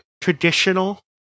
traditional